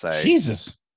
Jesus